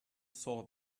saw